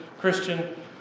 Christian